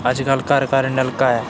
अज्जकल घर घर नलका ऐ